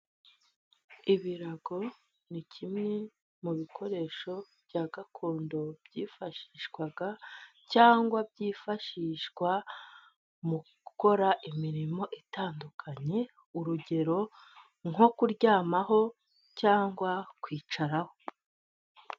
Ibirago ni kimwe mu bikoresho bya gakondo, byifashishwaga cyangwa byifashishwa mu gukora imirimo itandukanye. Urugero: nko kuryamaho, cyangwa kwicaraho.